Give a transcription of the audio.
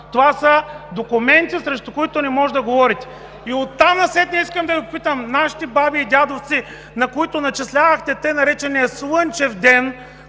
Това са документи, срещу които не може да говорите! И оттам насетне искам да Ви попитам: нашите баби и дядовци, на които начислявахте тъй наречения слънчев ден,